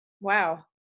wow